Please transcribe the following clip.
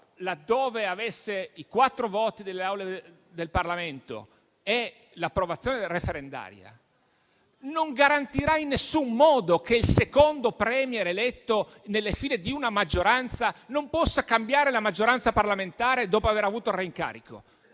laddove avesse i quattro voti delle Assemblee del Parlamento e l'approvazione referendaria, non garantirà in nessun modo che il secondo *Premier* eletto nelle file di una maggioranza non possa cambiare la maggioranza parlamentare dopo aver avuto il reincarico.